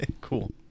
cool